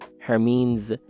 Hermine's